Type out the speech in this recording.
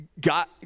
God